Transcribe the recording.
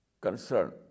concern